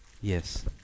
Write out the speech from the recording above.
Yes